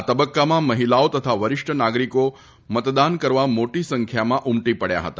આ તબક્કામાં મહિલાઓ તથા વરિષ્ઠ નાગરીકો મતદાન કરવા મોટી સંખ્યામાં ઉમટી પડયા હતા